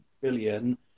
billion